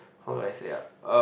how do I say ah uh